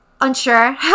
Unsure